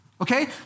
Okay